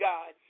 God